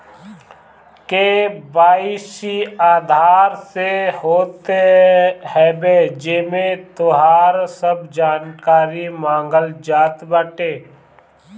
KYC Aadhaar से होत हवे जेमे तोहार सब जानकारी मांगल जात बाटे